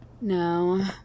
No